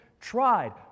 tried